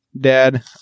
dad